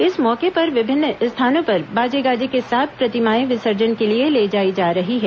इस मौके पर विभिन्न स्थानों परं बाजे गार्ज के साथ प्रतिमाएं विसर्जन के लिए ले जाई जा रही हैं